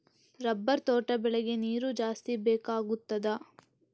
Rubber ತೋಟ ಬೆಳೆಗೆ ನೀರು ಜಾಸ್ತಿ ಬೇಕಾಗುತ್ತದಾ?